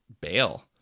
bail